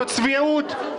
זאת צביעות.